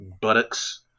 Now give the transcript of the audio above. buttocks